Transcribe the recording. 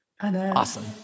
Awesome